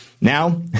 now